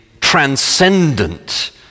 transcendent